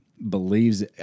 believes